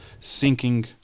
sinking